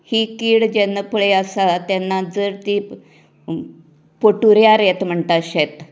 ही कीड जेन्ना पळय आसा तेन्ना जर ती पटूऱ्यार येता म्हणटा शेत